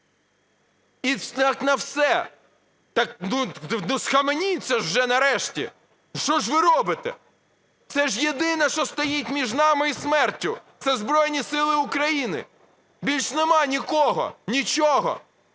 І на все... Так, ну схаменіться вже нарешті. Що ж ви робите? Це ж єдине, що стоїть між нами і смертю – це Збройні Сили України, більше нема нікого, нічого.